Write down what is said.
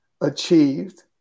achieved